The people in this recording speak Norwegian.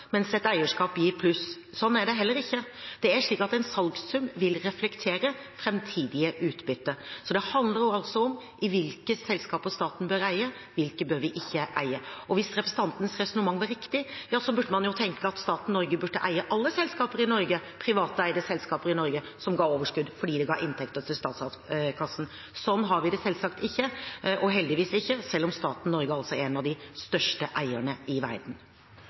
mens et eierskap gir pluss. Sånn er det heller ikke. Det er slik at en salgssum vil reflektere framtidig utbytte. Det handler altså om i hvilke selskaper staten bør eie, og i hvilke vi ikke bør eie. Hvis representantens resonnement var riktig, burde staten Norge eie alle privateide selskaper i Norge som ga overskudd, fordi det ga inntekter til statskassen. Sånn har vi det selvsagt ikke – heldigvis ikke – selv om staten Norge er en av de største eierne i verden.